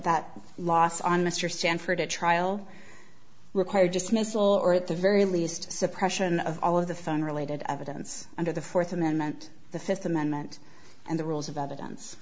that loss on mr stanford at trial require just missile or at the very least suppression of all of the phone related evidence under the fourth amendment the fifth amendment and the rules of evidence